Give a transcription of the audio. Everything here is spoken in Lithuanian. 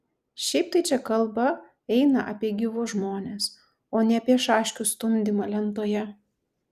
šiaip tai čia kalba eina apie gyvus žmones o ne apie šaškių stumdymą lentoje